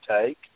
take